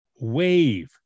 wave